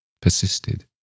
persisted